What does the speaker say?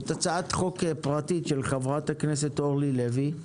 זאת הצעת חוק פרטית של חברת הכנסת אורלי לוי.